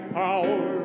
power